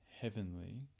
heavenly